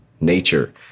nature